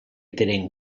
tenen